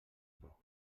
por